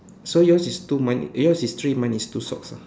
so yours is two mine eh yours is three mine is two socks ah